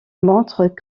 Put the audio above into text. montre